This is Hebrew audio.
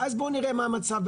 ואז בואו נראה מה המצב,